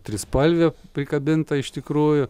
trispalvių prikabinta iš tikrųjų